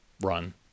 run